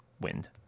Wind